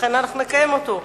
לכן אנחנו נקיים אותו,